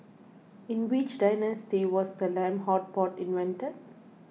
in which dynasty was the lamb hot pot invented